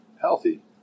healthy